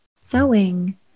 sewing